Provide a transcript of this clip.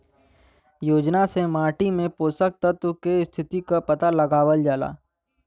योजना से माटी में पोषक तत्व के स्थिति क पता लगावल जाला